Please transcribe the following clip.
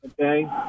okay